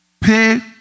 Pay